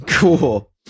cool